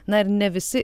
na ir ne visi